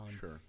Sure